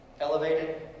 elevated